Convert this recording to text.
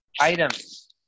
items